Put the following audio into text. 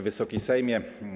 Wysoki Sejmie!